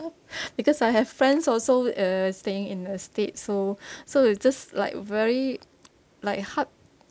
because I have friends also uh staying in the state so so you're just like very like heart